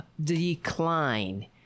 decline